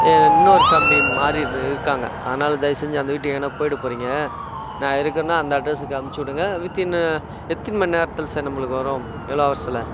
இன்னொரு ஃபேம்லி மாறி இரு இருக்காங்க அதனால் தயவு செஞ்சு அந்த வீட்டுக்கு எங்கேன்னா போயிட போறீங்க நான் இருக்கேன்னால் அந்த அட்ரஸுக்கு அனுப்பிச்சி விடுங்க வித்இன் எத்தின் மணி நேரத்தில் சார் நம்மளுக்கு வரும் எவ்வளோ ஹவர்ஸில்